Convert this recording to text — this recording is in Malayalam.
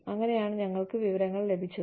അങ്ങനെയാണ് ഞങ്ങൾക്ക് വിവരങ്ങൾ ലഭിക്കുക